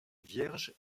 vierge